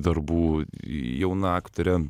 darbų jauna aktorė